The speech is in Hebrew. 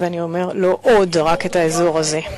ואני אומר, לא עוד רק את האזור הזה.